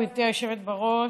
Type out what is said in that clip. גברתי היושבת בראש,